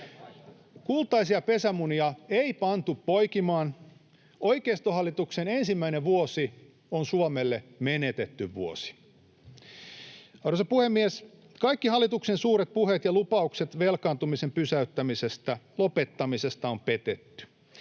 Kultaisia pesämunia ei pantu poikimaan. Oikeistohallituksen ensimmäinen vuosi on Suomelle menetetty vuosi. Arvoisa puhemies! Kaikki hallituksen suuret puheet ja lupaukset velkaantumisen pysäyttämisestä, lopettamisesta, on petetty.